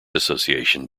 association